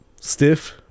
stiff